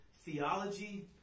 theology